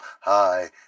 Hi